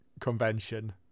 convention